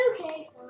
Okay